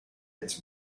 its